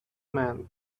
man